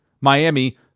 Miami